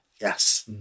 Yes